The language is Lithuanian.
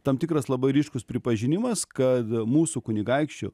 tam tikras labai ryškus pripažinimas kad mūsų kunigaikščių